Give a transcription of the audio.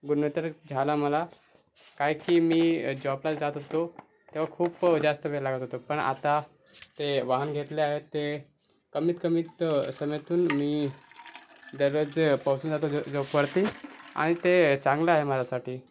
बोललो तर झाला मला काय की मी जॉबला जात होतो तेव्हा खूप जास्त वेळ लागत होता पण आत्ता ते वाहन घेतलं आहे ते कमीत कमी त समयतून मी दररोज आणि ते चांगलं आहे माझ्यासाठी